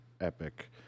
epic